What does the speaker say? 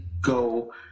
go